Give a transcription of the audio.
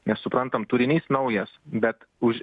nes suprantam turinys naujas bet už